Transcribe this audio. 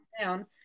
down